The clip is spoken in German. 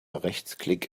rechtsklick